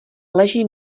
leží